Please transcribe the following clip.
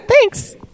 Thanks